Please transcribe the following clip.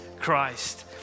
Christ